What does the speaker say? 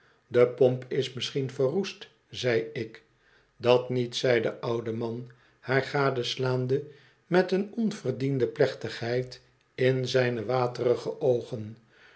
de pomp is misschien verroest zei ik dat niet zei de oude man haar gadeslaande met een onverdiende plechtigheid in zijne waterige oogen